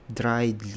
dried